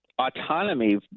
autonomy